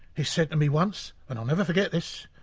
he said to me once, and i'll never forget this,